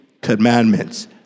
Commandments